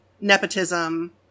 nepotism